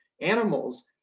animals